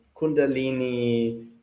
Kundalini